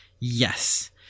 Yes